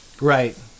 right